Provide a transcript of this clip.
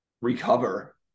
recover